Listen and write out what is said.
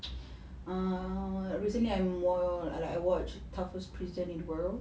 um recently I'm more like I watch toughest prison in the world